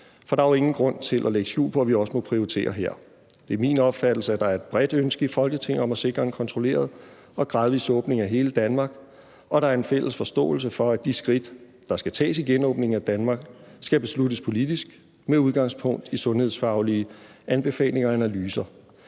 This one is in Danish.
for der er jo ingen grund til at lægge skjul på, at vi også her må prioritere. Det er min opfattelse, at der er et bredt ønske i Folketinget om at sikre en kontrolleret og gradvis åbning af hele Danmark, og at der er en fælles forståelse for, at de skridt, der skal tages i forbindelse med genåbningen af Danmark, skal besluttes politisk med udgangspunkt i sundhedsfaglige anbefalinger og analyser.